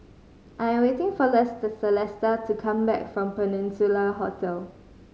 I'm waiting for latest Celesta to come back from Peninsula Hotel